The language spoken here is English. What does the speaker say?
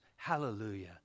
Hallelujah